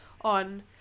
on